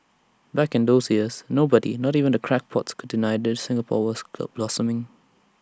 back in those years nobody not even the crackpots could deny that Singapore was blossoming